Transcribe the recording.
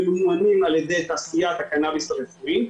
ממומנים על ידי תעשיית הקנאביס הרפואי,